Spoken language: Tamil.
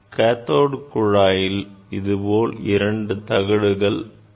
கேத்தோடு குழாயிலும் இதுபோல் இரண்டு தகடுகள் உள்ளன